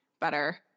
better